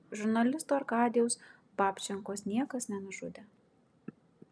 žurnalisto arkadijaus babčenkos niekas nenužudė